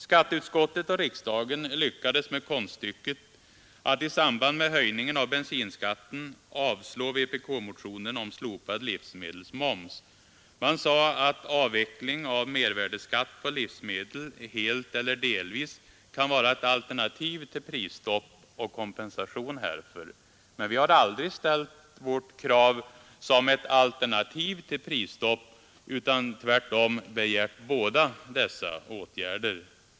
Skatteutskottet och riksdagen lyckades med konststycket att i samband med höjningen av bensinskatten avslå vpk-motionen om slopad livsmedelsmoms. Man sade att ”avveckling av mervärdeskatten på livsmedel helt eller delvis ——— kan vara ett alternativ till prisstopp och kompensation härför”, men vi har aldrig ställt vårt krav som ett alternativ till prisstopp utan tvärtom begärt båda dessa åtgärder.